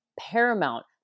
paramount